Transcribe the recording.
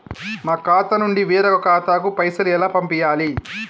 మా ఖాతా నుండి వేరొక ఖాతాకు పైసలు ఎలా పంపియ్యాలి?